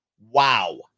Wow